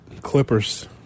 Clippers